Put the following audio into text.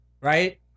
right